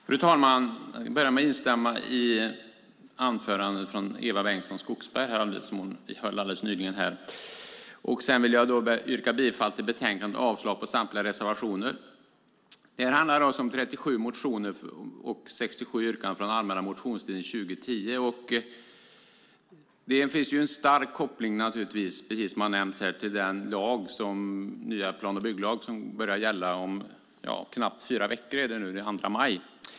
Fru talman! Jag ska börja med att införa i Eva Bengtson Skogsbergs anförande. Sedan vill jag yrka bifall till utskottets förslag och avslag på samtliga reservationer. Detta handlar alltså om 37 motioner och 67 yrkanden från allmänna motionstiden 2010. Det finns en stark koppling till den nya plan och bygglag som börjar gälla om knappt fyra veckor, den 2 maj.